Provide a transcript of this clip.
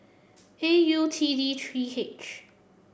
A U T D three H